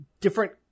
different